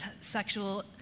sexual